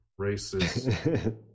racist